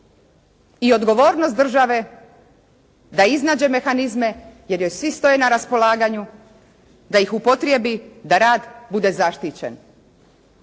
i odgovornost države da iznađe mehanizme jer joj svi stoje na raspolaganju da ih upotrijebi da rad bude zaštićen